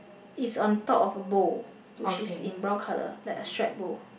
is on top of a bowl which is in brown colour like a straight bowl